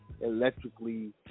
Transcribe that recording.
electrically